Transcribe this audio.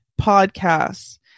podcasts